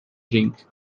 drink